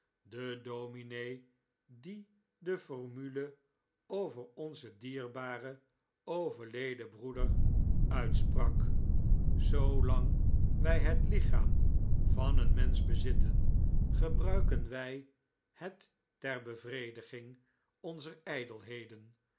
de dominee die de formule over onzen dierbaren overleden breeder uitsprak zoolang wij het lichaam van een mensch bezitten gebrttiken wij het ter bevrediging onzer